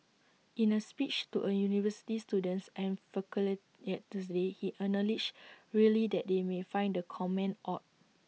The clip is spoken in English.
in A speech to A university students and yet Tuesday he acknowledged really that they may find the comment odd